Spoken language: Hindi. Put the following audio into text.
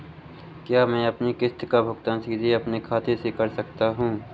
क्या मैं अपनी किश्त का भुगतान सीधे अपने खाते से कर सकता हूँ?